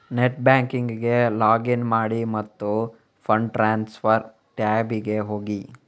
net ಬ್ಯಾಂಕಿಂಗಿಗೆ login ಮಾಡಿ ಮತ್ತು ಫಂಡ್ ಟ್ರಾನ್ಸ್ಫರ್ ಟ್ಯಾಬಿಗೆ ಹೋಗಿ